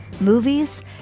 movies